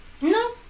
no